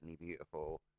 beautiful